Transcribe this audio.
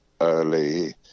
early